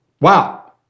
Wow